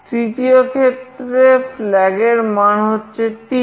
তৃতীয় ক্ষেত্রে flag এর মান হচ্ছে 3